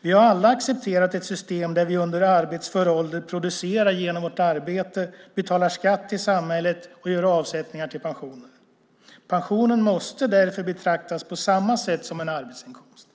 Vi har alla accepterat ett system, där vi under arbetsför ålder producerar genom vårt arbete, betalar skatt till samhället och gör avsättningar till pensioner. Pensionen måste därför betraktas på samma sätt som en arbetsinkomst.